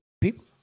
people